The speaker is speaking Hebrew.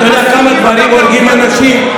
אתה יודע כמה דברים הורגים אנשים,